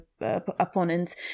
opponents